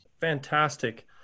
Fantastic